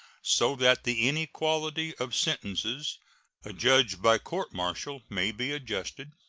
so that the inequality of sentences adjudged by courts-martial may be adjusted